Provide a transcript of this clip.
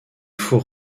fous